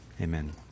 Amen